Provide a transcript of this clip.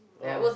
oh